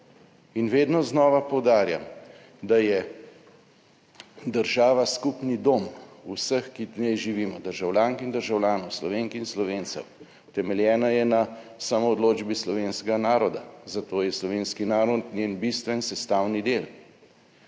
In vedno znova poudarjam, da je država skupni dom vseh, ki v njej živimo, državljank in državljanov, Slovenk in Slovencev, utemeljena je na samoodločbi slovenskega naroda, zato je slovenski narod njen bistven sestavni del.